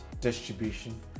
distribution